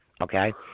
Okay